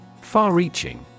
Far-reaching